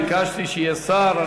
ביקשתי שיהיה שר.